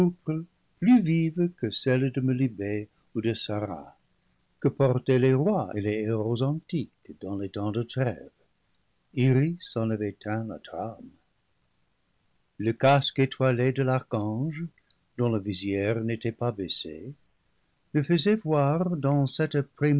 plus vive que celle de melibée ou de sarra que portaient les rois et les héros antiques dans les temps de trêve iris en avait teint la trame le casque étoilé de l'archange dont la visière n'était pas baissée le faisait voir dans cette